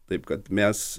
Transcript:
taip kad mes